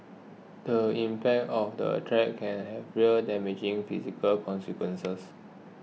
the impact of that threat can have real and damaging physical consequences